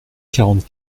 quarante